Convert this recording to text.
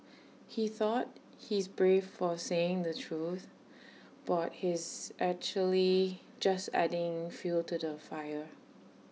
he thought he's brave for saying the truth but he's actually just adding fuel to the fire